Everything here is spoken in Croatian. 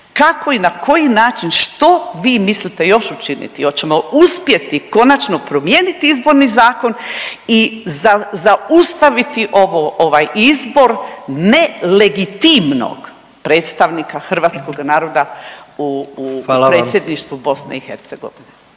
Kako i na koji način što vi mislite još učiniti, hoćemo uspjeti konačno promijeniti izborni zakon i zaustaviti ovaj izbor nelegitimnog predstavnika hrvatskoga naroda …/Upadica: Hvala